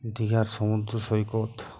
দীঘার সমুদ্র সৈকত